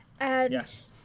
Yes